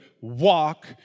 walk